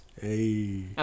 hey